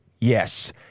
Yes